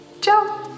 Ciao